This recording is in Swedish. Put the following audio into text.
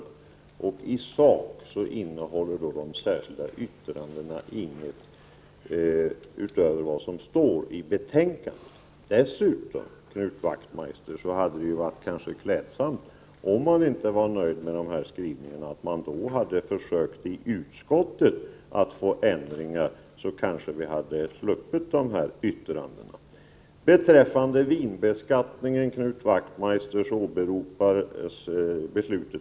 De särskilda yttrandena innehåller i sak ingenting utöver vad som står i betänkandet. Dessutom, Knut Wachtmeister, hade det kanske varit klädsamt att man, om man inte var nöjd med dessa skrivningar, hade försökt att i utskottet få en ändring till stånd. Då kanske vi hade sluppit de här yttrandena. Beträffande vinbeskattningen åberopades beslutet 1983.